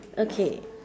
okay